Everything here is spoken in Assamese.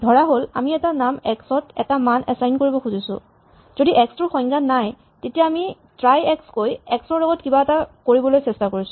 ধৰাহ'ল আমি এটা নাম এক্স ত এটা মান এচাইন কৰিব খুজিছো যদি এক্স টোৰ সংজ্ঞা নাই তেতিয়া আমি ট্ৰাই এক্স কৈ এক্স ৰ লগত কিবা এটা কৰিবলৈ চেষ্টা কৰিছো